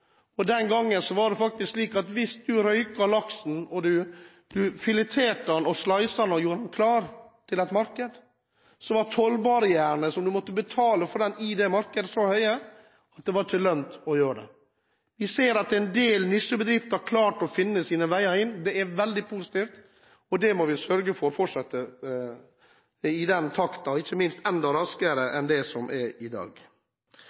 innovasjon. Den gangen var det slik at hvis man røkte laksen, fileterte den – etter å ha sløyet den – og gjorde den klar for et marked, var tollbarrierene for å få den på markedet så høye at det ikke var lønnsomt å gjøre det. Vi ser at en del nisjebedrifter har klart å finne sine veier inn. Det er veldig positivt. Det må vi sørge for fortsetter i denne takten og, ikke minst, enda raskere enn i dag.